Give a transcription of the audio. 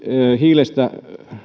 hiilestä